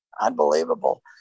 unbelievable